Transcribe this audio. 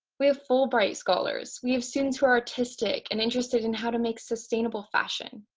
we have fulbright scholars. we have students who are artistic and interested in how to make sustainable fashion.